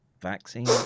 vaccine